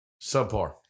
subpar